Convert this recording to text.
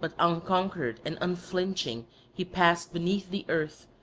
but unconquered and unflinching he passed beneath the earth,